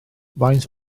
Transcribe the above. faint